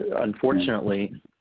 unfortunately